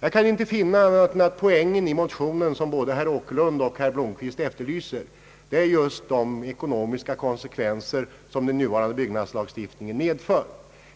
Jag kan inte finna annat än att poängen i motionen, som både herr Åkerlund och herr Blomquist efterlyser, just är de ekonomiska konsekvenser som den nuvarande byggnadslagstiftningen medför,